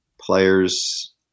players